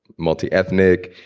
multi-ethnic,